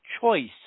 choice